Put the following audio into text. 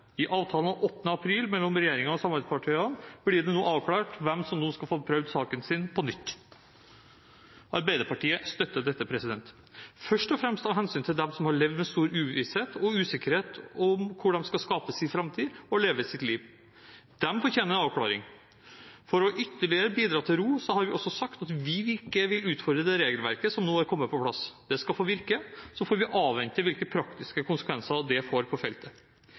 I avtalen av 8. april mellom regjeringen og samarbeidspartiene blir det nå avklart hvem som skal få prøvd saken sin på nytt. Arbeiderpartiet støtter dette, først og fremst av hensyn til dem som har levd med stor uvisshet og usikkerhet om hvor de skal skape sin framtid og leve sitt liv. De fortjener en avklaring. For ytterligere å bidra til ro har vi også sagt at vi ikke vil utfordre det regelverket som nå er kommet på plass. Det skal få virke, så får vi avvente hvilke praktiske konsekvenser det får på feltet.